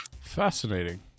fascinating